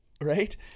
Right